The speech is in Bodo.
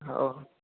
औ